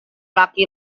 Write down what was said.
laki